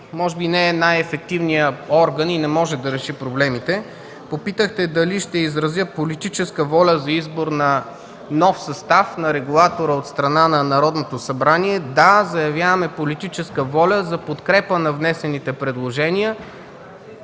но тя не е най-ефективният орган и не може да реши проблемите. Попитахте дали ще изразя политическа воля за избор на нов състав на регулатора от страна на Народното събрание? Да, заявяваме политическа воля за подкрепа на внесените предложения